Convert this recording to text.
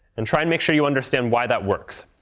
and try and make sure you understand why that works.